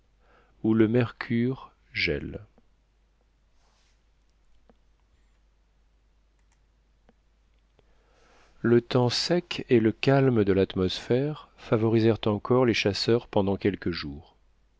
où le mercure gèle le temps sec et le calme de l'atmosphère favorisèrent encore les chasseurs pendant quelques jours